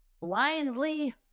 blindly